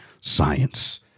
science